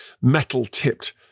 metal-tipped